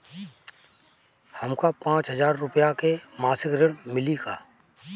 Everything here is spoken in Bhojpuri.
हमका पांच हज़ार रूपया के मासिक ऋण मिली का?